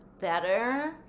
better